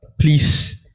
please